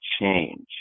change